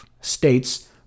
states